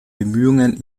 bemühungen